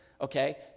Okay